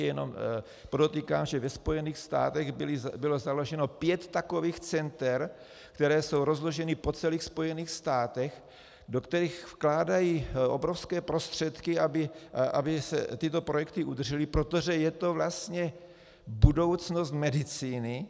Jenom podotýkám, že ve Spojených státech bylo založeno pět takových center, která jsou rozložena po celých Spojených státech, do kterých vkládají obrovské prostředky, aby se tyto projekty udržely, protože je to vlastně budoucnost medicíny.